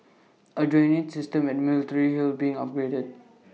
A drainage system at military hill being upgraded